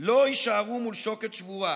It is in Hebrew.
לא יישארו מול שוקת שבורה,